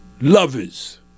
lovers